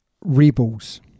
Rebels